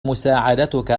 مساعدتك